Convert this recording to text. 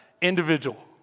individual